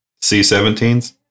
C-17s